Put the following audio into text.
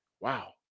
wow